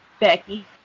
Becky